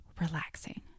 relaxing